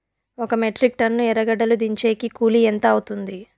ఒక metric ton ఎర్రగడ్డలు దించేకి కూలి ఎంత అవుతుంది?